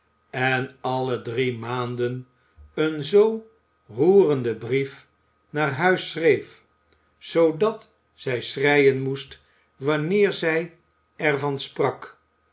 en alle drie maanden een zoo roerenden brief naar huis schreef zoodat zij schreien moest wanneer zij er van sprak